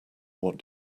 what